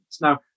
Now